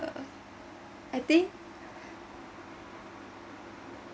uh I think